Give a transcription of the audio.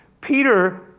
Peter